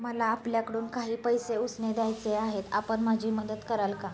मला आपल्याकडून काही पैसे उसने घ्यायचे आहेत, आपण माझी मदत कराल का?